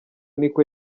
niko